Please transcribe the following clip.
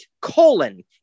colon